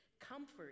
comfort